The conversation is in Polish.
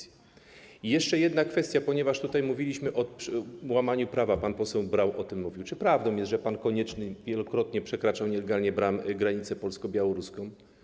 I jeszcze jedna kwestia, ponieważ mówiliśmy o łamaniu prawa, pan poseł Braun o tym mówił: Czy prawdą jest, że pan Konieczny wielokrotnie przekraczał nielegalnie granicę polsko-białoruską?